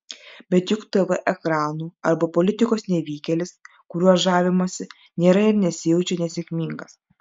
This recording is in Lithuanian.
bet juk tv ekranų arba politikos nevykėlis kuriuo žavimasi nėra ir nesijaučia nesėkmingas